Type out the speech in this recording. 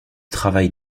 travail